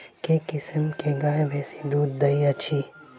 केँ किसिम केँ गाय बेसी दुध दइ अछि?